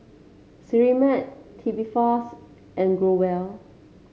Sterimar Tubifast and Growell